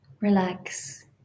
relax